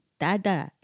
da-da